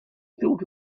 thought